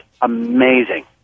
amazing